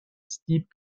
steep